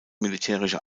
militärische